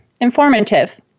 Informative